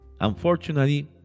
Unfortunately